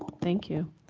thank you.